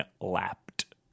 lapped